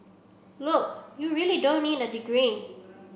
look you really don't need a degree